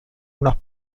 unas